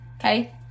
okay